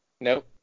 Nope